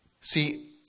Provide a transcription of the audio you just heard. see